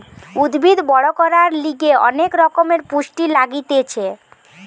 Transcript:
উদ্ভিদ বড় করার লিগে অনেক রকমের পুষ্টি লাগতিছে